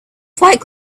fight